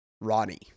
Ronnie